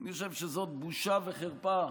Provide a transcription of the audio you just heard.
אני חושב שזאת בושה וחרפה,